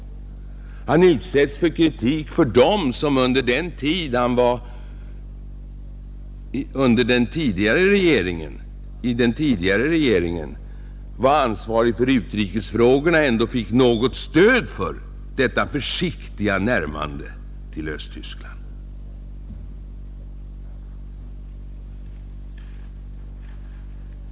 Han utsätts för kritik av dem som under den förra regeringens tid, då han var ansvarig för utrikesfrågorna, ändå gav honom något stöd för ett försiktigt närmande till Östtyskland.